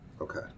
Okay